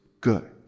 good